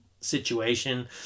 situation